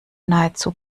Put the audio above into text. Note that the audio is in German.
nahezu